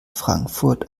frankfurt